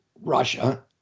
Russia